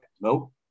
No